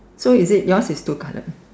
so is it your's is two colour